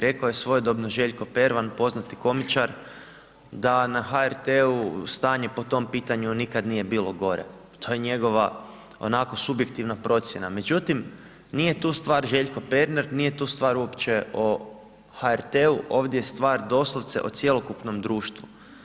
Rekao je svojedobno Željko Pervan poznati komičar, da na HRT-u stanje po tom pitanju nikad nije bilo gore, pa to je njegova onako subjektivna procjena, međutim nije tu stvar Željko Pervan, nije tu stvar uopće o HRT-u, ovdje je stvar doslovce o cjelokupnom društvu.